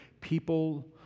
people